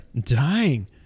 dying